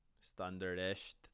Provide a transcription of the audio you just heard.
standard-ish